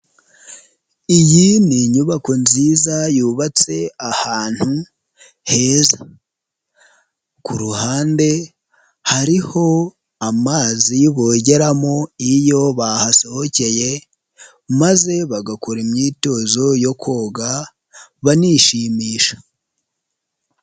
Iyi ni inyubako nziza yubatse ahantu heza ku ruhande hariho amazi bogeramo iyo bahasohokeye, maze bagakora imyitozo yo koga banishimisha.